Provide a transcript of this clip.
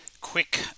quick